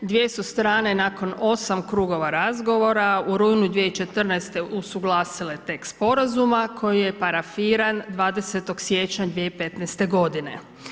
Dvije su strane nakon 8 krugova razgovora u rujnu 2014. usuglasile tekst sporazuma koji je parafiran 20. siječnja 2015. godine.